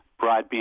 broadband